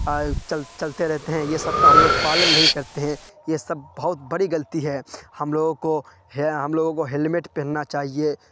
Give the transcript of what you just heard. چل چلتے رہتے ہیں یہ سب کا ہم لوگ پالن نہیں کرتے ہیں یہ سب بہت بڑی غلطی ہے ہم لوگوں کو ہم لوگوں کو ہیلمیٹ پہننا چاہیے